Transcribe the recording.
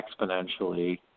exponentially